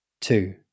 Two